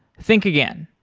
think again.